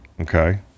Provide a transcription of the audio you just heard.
Okay